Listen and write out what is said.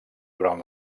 durant